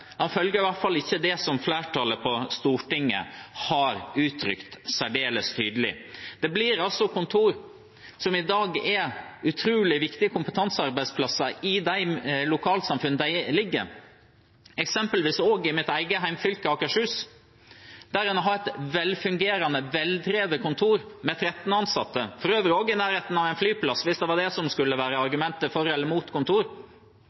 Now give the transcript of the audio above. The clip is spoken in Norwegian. han følger i hvert fall ikke det flertallet på Stortinget har uttrykt særdeles tydelig. Kontor som i dag har utrolig viktige kompetansearbeidsplasser i de lokalsamfunnene de ligger i, eksempelvis også i mitt eget hjemfylke, Akershus, blir lagt ned. Der har en et velfungerende, veldrevet kontor med 13 ansatte – for øvrig også i nærheten av en flyplass, hvis det var det som skulle være argumentet for eller imot kontor.